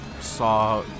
saw